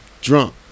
drunk